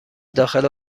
داخل